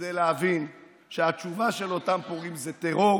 כדי להבין שהתשובה של אותם פורעים זה טרור